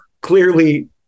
clearly